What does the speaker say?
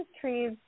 Trees